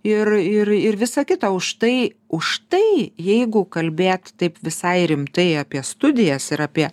ir ir ir visą kitą už tai už tai jeigu kalbėt taip visai rimtai apie studijas ir apie